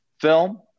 Film